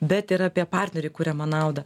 bet ir apie partneriui kuriamą naudą